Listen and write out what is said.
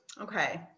okay